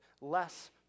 less